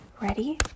Ready